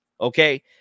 Okay